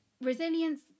Resilience